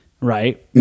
Right